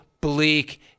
bleak